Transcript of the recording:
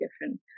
different